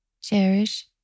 Cherish